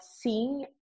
seeing